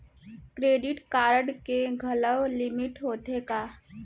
Credit card के घलव limit होथे का?